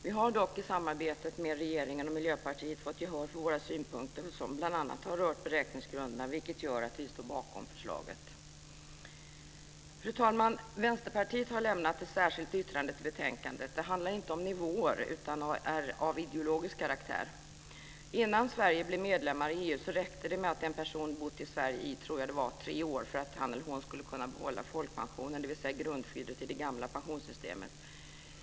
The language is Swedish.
Vi har dock i samarbetet med regeringen och Miljöpartiet fått gehör för våra synpunkter, som bl.a. har rört beräkningsgrunderna, vilket gör att vi står bakom förslaget. Fru talman! Vänsterpartiet har lämnat ett särskilt yttrande till betänkandet. Det handlar inte om nivåer utan är av ideologisk karaktär. Innan Sverige blev medlem i EU räckte det att en person bott i Sverige i tre år, tror jag det var, för att han eller hon skulle erhålla folkpension, dvs. grundskyddet i det gamla pensionssystemet.